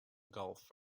gulf